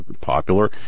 popular